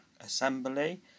Assembly